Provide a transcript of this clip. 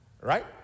right